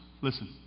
Listen